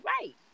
right